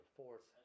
fourth